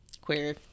queer